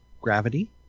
gravity